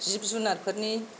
जिब जुनारफोरनि